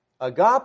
Agape